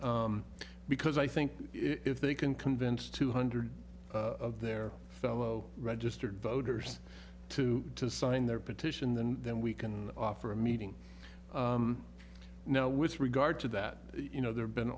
because i think if they can convince two hundred of their fellow registered voters to sign their petition then then we can offer a meeting now with regard to that you know there have been